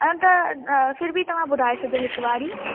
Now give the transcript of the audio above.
त फिर बि तव्हां ॿुधाए सॼो हिकु बारी